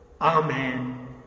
Amen